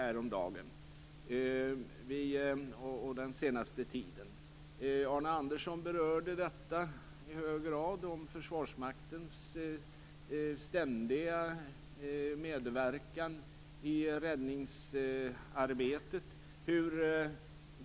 Arne Andersson berörde Försvarsmaktens ständiga medverkan i räddningsarbete.